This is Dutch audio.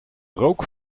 rook